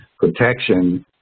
Protection